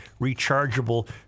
rechargeable